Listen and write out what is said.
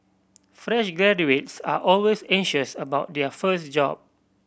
fresh graduates are always anxious about their first job